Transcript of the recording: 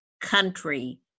country